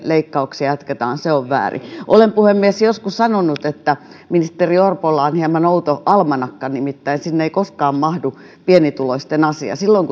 leikkauksia jatketaan on väärin olen puhemies joskus sanonut että ministeri orpolla on hieman outo almanakka nimittäin sinne ei koskaan mahdu pienituloisten asia silloin